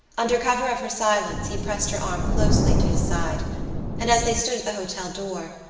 under cover of her silence he pressed her arm closely to his side and, as they stood at the hotel door,